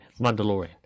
Mandalorian